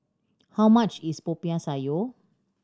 how much is Popiah Sayur